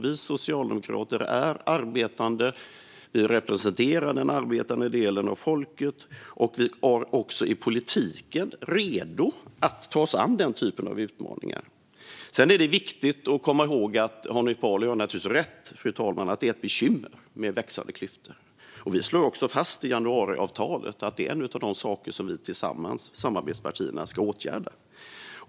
Vi socialdemokrater är arbetande människor, vi representerar den arbetande delen av folket och vi är också i politiken redo att ta oss an den typen av utmaningar. Fru talman! Hanif Bali har naturligtvis rätt i att det är ett bekymmer med växande klyftor. Vi slår också fast i januariavtalet att det är en av de saker som vi samarbetspartier tillsammans ska åtgärda.